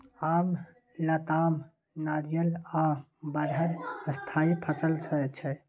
आम, लताम, नारियर आ बरहर स्थायी फसल छै